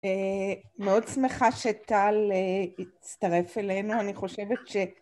מאוד שמחה שטל הצטרף אלינו, אני חושבת ש...